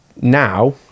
now